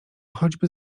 choćby